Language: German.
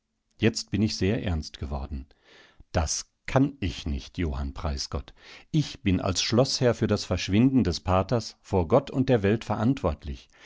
jetzt bin ich sehr ernst geworden das kann ich nicht johann preisgott ich bin als schloßherr für das verschwinden des paters vor gott und der welt verantwortlich